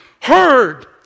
heard